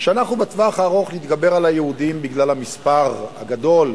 בטווח הארוך נתגבר על היהודים בגלל המספר הגדול,